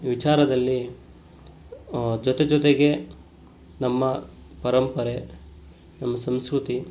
ವಿಚಾರದಲ್ಲಿ ಜೊತೆ ಜೊತೆಗೆ ನಮ್ಮ ಪರಂಪರೆ ನಮ್ಮ ಸಂಸ್ಕೃತಿ